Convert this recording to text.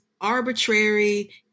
arbitrary